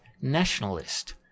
nationalist